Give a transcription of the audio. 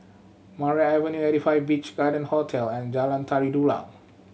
Maria Avenue Eighty Five Beach Garden Hotel and Jalan Tari Dulang